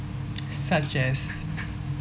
such as